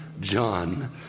John